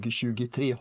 2023